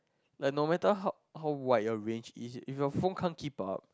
like no matter how how wide your range is it if your phone can't keep up